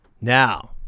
Now